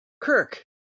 Kirk